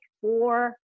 four